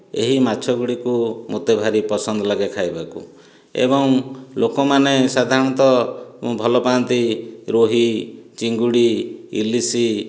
ଏହି ମାଛଗୁଡ଼ିକୁ ମୋତେ ଭାରି ପସନ୍ଦ ଲାଗେ ଖାଇବାକୁ ଏବଂ ଲୋକମାନେ ସାଧାରଣତଃ ଭଲପାଆନ୍ତି ରୋହି ଚିଙ୍ଗୁଡି ଇଲିସି